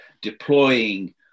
deploying